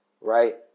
right